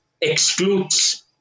excludes